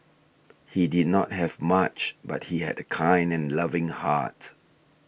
he did not have much but he had a kind and loving heart